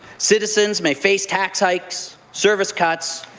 citizens may face tax hikes, service cuts,